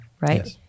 right